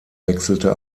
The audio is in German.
wechselte